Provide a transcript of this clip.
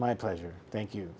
my pleasure thank you